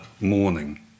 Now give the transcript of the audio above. morning